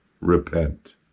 Repent